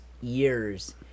years